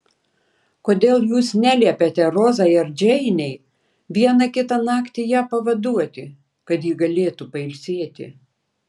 kodėl jūs neliepiate rozai ar džeinei vieną kitą naktį ją pavaduoti kad ji galėtų pailsėti